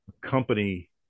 company